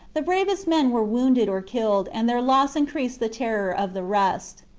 the bravest men were wounded or killed, and their loss increased the terror of the rest.